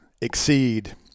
exceed